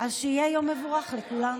אז שיהיה יום מבורך לכולם.